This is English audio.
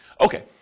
Okay